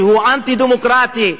שהוא אנטי-דמוקרטי.